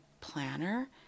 planner